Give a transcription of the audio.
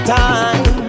time